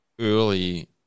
early